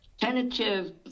tentative